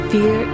Fear